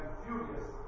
furious